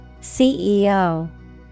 CEO